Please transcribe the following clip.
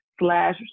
slash